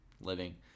living